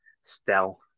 Stealth